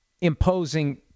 imposing